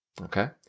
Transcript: Okay